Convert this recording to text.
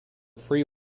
free